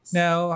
now